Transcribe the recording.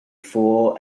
four